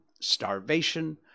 starvation